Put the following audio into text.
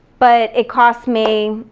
but it costs me,